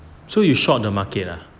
so you shot the market lah